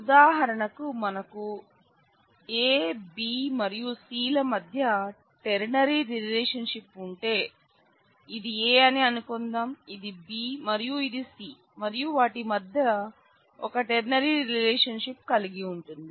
ఉదాహరణకు మనకు A B మరియు C ల మధ్య టెర్నరీ రిలేషన్షిప్ ఉంటే ఇది A అని అనుకుందాం ఇది B మరియు ఇది C మరియు వాటి మధ్య ఒక టెర్నరీ రిలేషన్షిప్ కలిగి ఉంటుంది